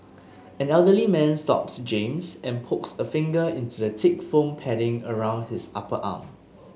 an elderly man stops James and pokes a finger into the thick foam padding around his upper arm